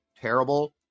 terrible